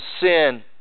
sin